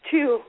Two